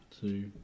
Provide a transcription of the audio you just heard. two